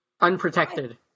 unprotected